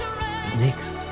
next